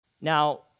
Now